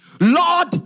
Lord